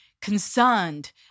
concerned